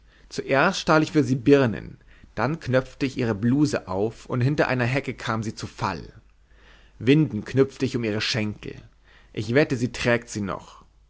zuerst stahl ich für sie birnen dann knöpfte ich ihre blouse auf und hinter einer hecke kam sie zu fall winden knüpfte ich um ihre schenkel ich wette sie trägt sie noch